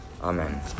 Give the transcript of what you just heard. Amen